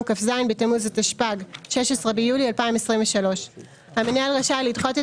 כ"ז בתמוז התשפ"ג (16 ביולי 2023); המנהל רשאי לדחות את